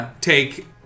Take